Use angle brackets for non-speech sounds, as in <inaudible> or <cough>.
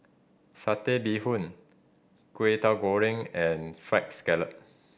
Satay Bee Hoon Kwetiau Goreng and Fried Scallop <noise>